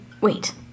Wait